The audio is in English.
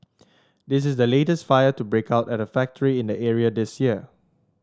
this is the latest fire to break out at a factory in the area this year